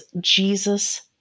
Jesus